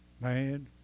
Man